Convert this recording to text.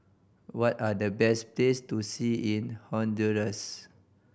what are the best place to see in Honduras